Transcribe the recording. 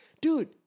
dude